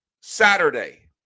Saturday